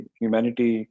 humanity